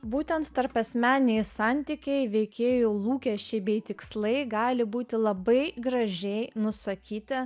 būtent tarpasmeniniai santykiai veikėjų lūkesčiai bei tikslai gali būti labai gražiai nusakyti